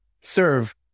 serve